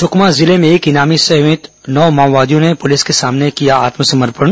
सुकमा जिले में एक इनामी समेत नौ माओवादियों ने पुलिस के सामने आत्मसमर्पण किया